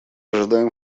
ожидаем